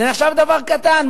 זה נחשב דבר קטן.